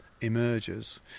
emerges